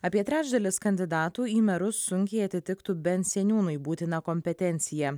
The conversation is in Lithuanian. apie trečdalis kandidatų į merus sunkiai atitiktų bent seniūnui būtiną kompetenciją